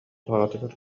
саҕатыгар